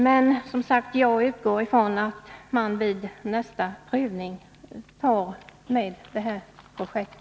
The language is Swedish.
Men jag utgår som sagt från att man vid nästa prövning tar med detta projekt.